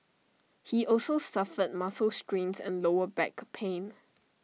he also suffered muscle strains and lower back pain